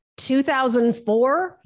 2004